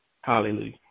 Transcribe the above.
Hallelujah